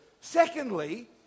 Secondly